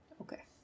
Okay